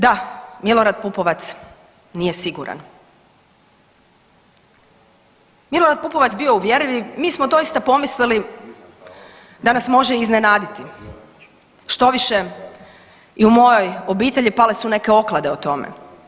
DA, Milorad PUpovac nije siguran, Milorad Pupovac bio je uvjerljiv mi smo doista pomislili da nas može iznenaditi, štoviše i u mojoj obitelji pale su neke oklade o tome.